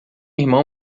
irmão